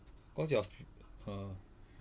cause your err